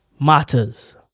Matters